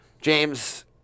James